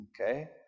Okay